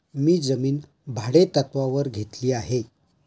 मी जमीन भाडेतत्त्वावर घेतली आहे